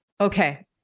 okay